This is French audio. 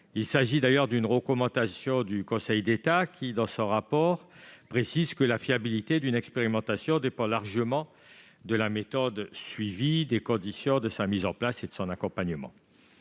Il s'agit d'ailleurs d'une recommandation du Conseil d'État, qui, dans son rapport, précise que la fiabilité d'une expérimentation dépend largement de la méthode suivie, des conditions de sa mise en place et de son accompagnement.